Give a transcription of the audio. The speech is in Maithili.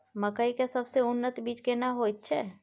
मकई के सबसे उन्नत बीज केना होयत छै?